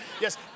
Yes